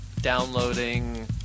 downloading